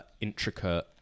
intricate